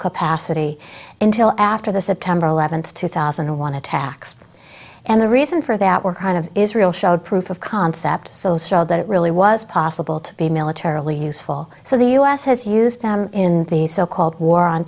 capacity until after the september eleventh two thousand and one attacks and the reason for that were kind of israel sound proof of concept so sad that it really was possible to be militarily useful so the u s has used in the so called war on